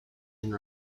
and